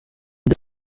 this